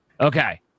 Okay